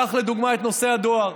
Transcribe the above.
קח לדוגמה את נושא הדואר,